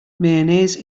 mayonnaise